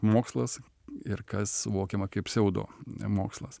mokslas ir kas suvokiama kaip pseudomokslas